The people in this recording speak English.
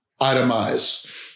itemize